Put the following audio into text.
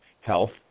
health